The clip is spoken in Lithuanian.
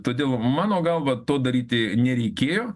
todėl mano galva to daryti nereikėjo